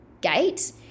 gate